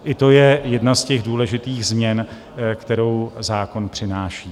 I to je jedna z těch důležitých změn, kterou zákon přináší.